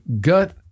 gut